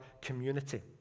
community